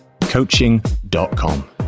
coaching.com